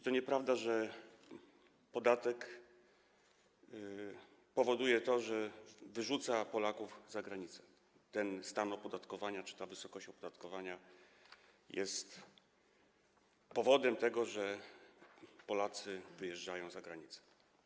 To nieprawda, że podatek wyrzuca Polaków za granicę, ten stan opodatkowania czy ta wysokość opodatkowania jest powodem tego, że Polacy wyjeżdżają za granicę.